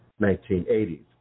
1980s